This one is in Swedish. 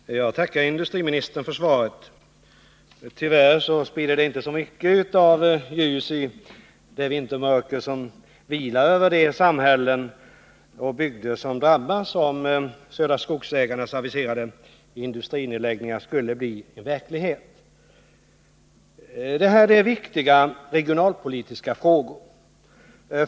Fru talman! Jag tackar industriministern för svaret. Tyvärr sprider det inte så mycket ljus i det vintermörker som vilar över de samhällen och bygder som drabbas, om Södra Skogsägarnas aviserade industrinedläggningar skulle bli verklighet. Det här är viktiga regionalpolitiska frågor.